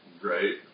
Great